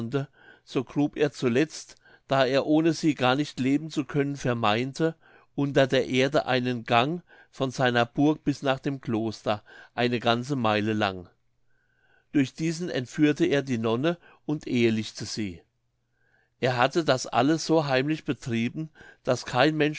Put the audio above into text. so grub er zuletzt da er ohne sie gar nicht leben zu können vermeinte unter der erde einen gang von seiner burg bis nach dem kloster eine ganze meile lang durch diesen entführte er die nonne und ehelichte sie er hatte das alles so heimlich betrieben daß kein mensch